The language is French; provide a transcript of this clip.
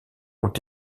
ont